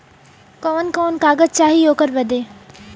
कवन कवन कागज चाही ओकर बदे?